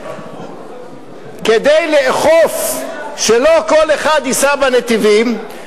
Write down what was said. כדי לאכוף שלא כל אחד ייסע בנתיבים,